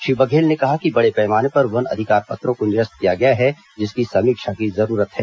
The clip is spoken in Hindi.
श्री बघेल ने कहा कि बड़े पैमाने पर वन अधिकार पत्रों को निरस्त किया गया है जिसकी समीक्षा की जरूरत है